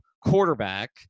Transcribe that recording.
quarterback